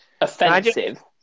offensive